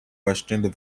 questioned